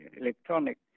electronic